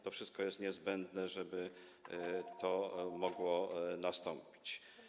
To wszystko jest niezbędne, żeby to mogło nastąpić.